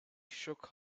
shook